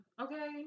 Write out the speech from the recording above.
okay